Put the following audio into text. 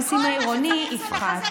היו בעיות, מבחינתכם לא היו פרעות.